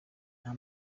nta